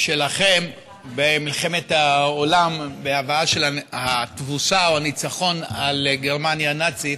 שלכם במלחמת העולם בהבאה של התבוסה או הניצחון על גרמניה הנאצית,